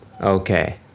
Okay